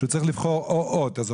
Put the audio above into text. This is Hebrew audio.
כי הוא צריך לבחור או זה או זה.